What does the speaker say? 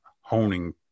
honing